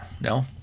No